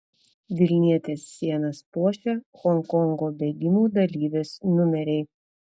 vilnietės sienas puošia honkongo bėgimų dalyvės numeriai